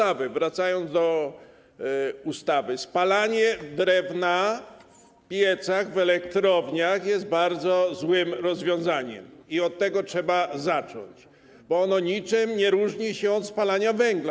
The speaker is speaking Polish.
Ale wracając do ustawy: spalanie drewna w piecach, w elektrowniach jest bardzo złym rozwiązaniem - i od tego trzeba zacząć - bo ono niczym nie różni się od spalania węgla.